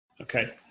Okay